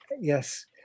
yes